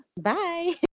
Bye